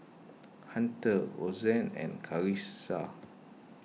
Hunter Rosann and Karissa